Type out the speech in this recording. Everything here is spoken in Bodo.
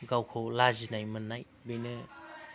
गावखौ लाजिनाय मोननाय बेनो